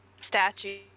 statue